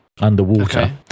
underwater